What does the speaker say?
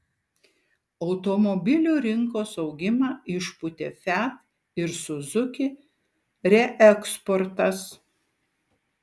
automobilių rinkos augimą išpūtė fiat ir suzuki reeksportas